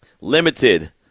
limited